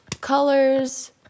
Colors